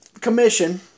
commission